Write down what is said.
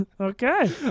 Okay